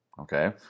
Okay